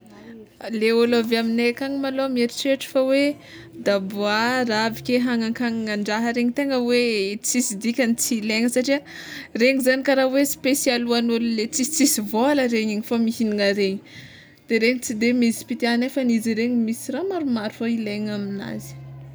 Le ôlo avy aminay akagny malôha mieritreritry fa hoe daboara aveke le hagnankagnandraha regny tegna hoe tsisy dikany tsy ilaina satria regny zany kara hoe spesialy hoan'olo le tsisitsisy vôla regny igny kôfa mihignana regny de regny tsy de misy mpitià nefa izy regny misy raha maromaro fôgna ilaina aminazy.